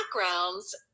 backgrounds